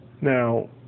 now